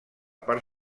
part